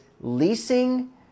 leasing